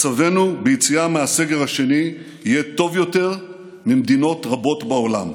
מצבנו ביציאה מהסגר השני יהיה טוב יותר משל מדינות רבות בעולם.